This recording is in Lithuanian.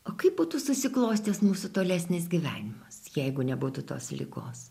o kaip būtų susiklostęs mūsų tolesnis gyvenimas jeigu nebūtų tos ligos